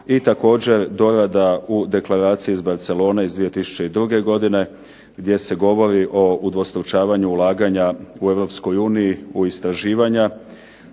i također doda da u Deklaraciji iz Barcelone iz 2002. godine gdje se govori o udvostručavanju ulaganja u Europskoj